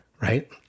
Right